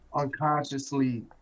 unconsciously